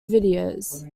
videos